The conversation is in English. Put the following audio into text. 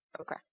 Okay